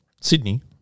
Sydney